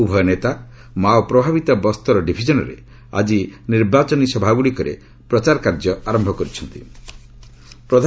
ଉଭୟ ନେତା ମାଓ ପ୍ରଭାବିତ ବସ୍ତର ଡିଭିଜନ୍ରେ ଆଜି ନିର୍ବାଚନୀ ସଭାଗୁଡ଼ିକରେ ପ୍ରଚାର କାର୍ଯ୍ୟ ଆରମ୍ଭ କରିବେ